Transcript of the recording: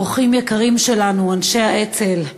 אורחים יקרים שלנו, אנשי האצ"ל,